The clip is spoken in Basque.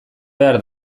behar